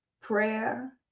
prayer